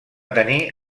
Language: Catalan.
tenir